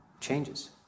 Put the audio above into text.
changes